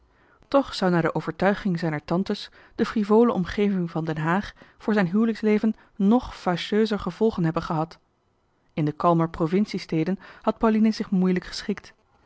toch zou naar de overtuiging zijner tantes de frivole omgeving van den haag voor zijn huwelijksleven nog fâcheuzer gevolgen hebben gehad in de kalmere provinciesteden had pauline zich moeilijk geschikt